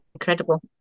incredible